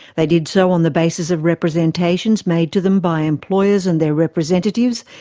they did so on the basis of representations made to them by employers and their representatives,